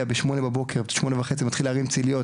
בשעה 8:00-8:30 בבוקר ומתחיל לבנות ציליות,